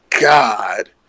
God